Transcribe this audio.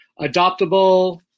adoptable